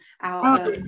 out